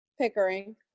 Pickering